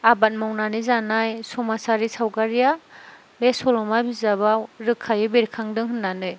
आबाद मावनानै जानाय समाजआरि सावगारिया बे सल'मा बिजाबाव रोखायै बेरखांदों होननानै